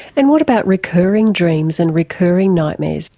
and what about recurring dreams and recurring nightmares?